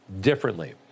differently